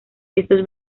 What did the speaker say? estos